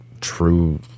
true